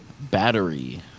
battery